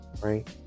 right